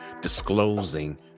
disclosing